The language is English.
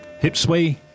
Hipsway